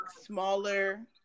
smaller